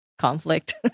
conflict